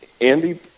Andy